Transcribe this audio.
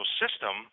system